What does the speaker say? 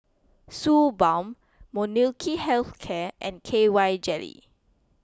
Suu Balm Molnylcke Health Care and K Y Jelly